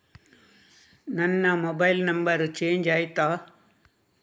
ನನ್ನ mobile number change ಆಯ್ತಾ?